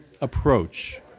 approach